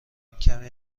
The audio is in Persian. کمی